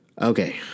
Okay